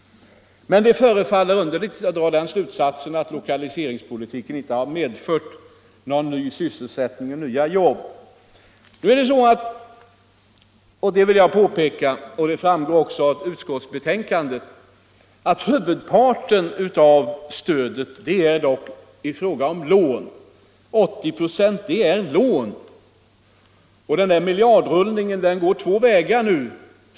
Det förefaller underligt att dra slutsatsen att lokaliseringspolitiken inte medfört någon ny sysselsättning eller några nya jobb. Jag vill påpeka, och det framgår av utskottsbetänkandet, att huvudparten av stödet har formen av lån — 80 96. Den miljardrullningen går nu två vägar.